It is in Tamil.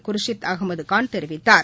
குர்ஷித் அகமதுகான் தெரிவித்தார்